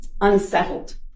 unsettled